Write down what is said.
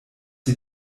sie